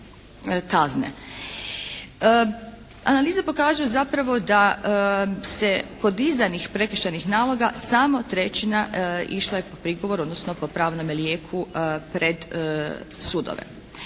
Analize pokazuju zapravo da se kod izdanih prekršajnih naloga samo trećina išla je po prigovor, odnosno po pravnome lijeku pred sudove.